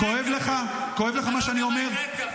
--- כואב לך מה שאני אומר?